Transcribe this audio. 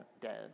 dead